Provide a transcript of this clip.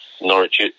Norwich